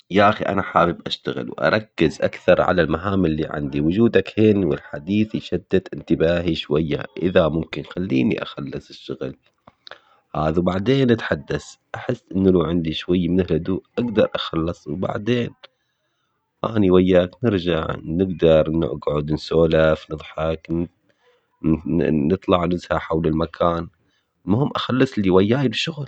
يا اخي انا حابب اشتغل واركز اكثر على المهام اللي عندي وجودك هين والحديث يشتت انتباهي شوية اذا ممكن خليني اخلص الشغل. هذا وبعدين اتحدث احس انه لو عندي شوي من الهدوء اقدر اخلص وبعدين اني وياك نرجع نقدر نقعد نسولف نضحك نطلع نسهى حول المكان. المهم اخلص اللي وياي بالشغل